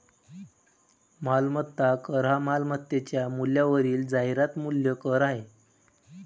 मालमत्ता कर हा मालमत्तेच्या मूल्यावरील जाहिरात मूल्य कर आहे